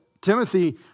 Timothy